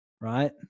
Right